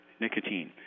nicotine